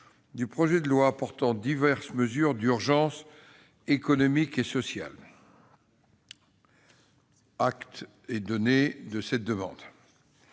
du projet de loi portant mesures d'urgence économiques et sociales. Acte est donné de cette demande.